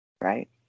Right